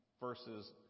verses